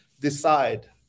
decide